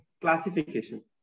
classification